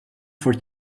for